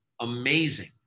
amazing